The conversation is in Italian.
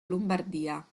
lombardia